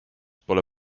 pole